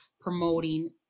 promoting